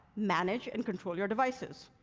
manage, and control your devices.